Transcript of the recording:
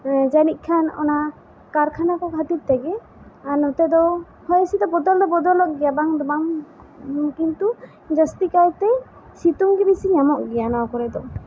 ᱡᱟᱹᱱᱤᱡ ᱠᱷᱟᱱ ᱚᱱᱟ ᱠᱟᱨᱠᱷᱟᱱᱟ ᱠᱚ ᱠᱷᱟᱹᱛᱤᱨ ᱛᱮᱜᱮ ᱟᱨ ᱱᱚᱛᱮ ᱫᱚ ᱦᱚᱭ ᱦᱤᱥᱤᱫ ᱫᱚ ᱵᱚᱫᱚᱞ ᱫᱚ ᱵᱚᱫᱚᱞᱚᱜ ᱜᱮᱭᱟ ᱵᱟᱝ ᱫᱚ ᱵᱟᱝ ᱠᱤᱱᱛᱩ ᱡᱟᱹᱥᱛᱤ ᱠᱟᱭ ᱛᱮ ᱥᱤᱛᱩᱝ ᱜᱮ ᱵᱮᱥᱤ ᱧᱟᱢᱚᱜ ᱜᱮᱭᱟ ᱱᱚᱣᱟ ᱠᱚᱨᱮ ᱫᱚ